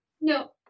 No